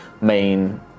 main